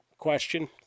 question